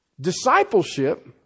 Discipleship